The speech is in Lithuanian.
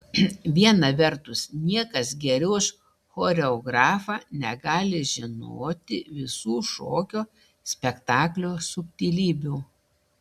viena vertus niekas geriau už choreografą negali žinoti visų šokio spektaklio subtilybių